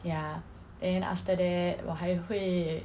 ya then after that 我还会